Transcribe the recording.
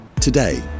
Today